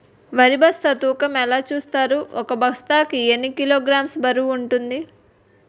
వరి బస్తా తూకం ఎలా చూస్తారు? ఒక బస్తా కి ఎన్ని కిలోగ్రామ్స్ బరువు వుంటుంది?